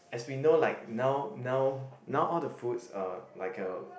as we know like now now now all the foods are like a